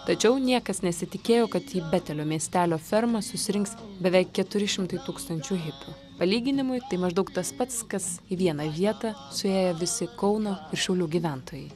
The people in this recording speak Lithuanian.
tačiau niekas nesitikėjo kad į betelio miestelio fermą susirinks beveik keturi šimtai tūkstančių hipių palyginimui tai maždaug tas pats kas į vieną vietą suėję visi kauno ir šiaulių gyventojai